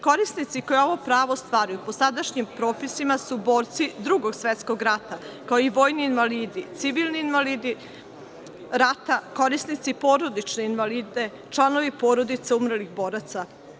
Korisnici koji ovo pravo ostvaruju po sadašnjim propisima su borci Drugog svetskog rata, kao i vojni invalidi, civilni invalidi rata, korisnici porodične invalidnine, članovi porodica umrlih boraca.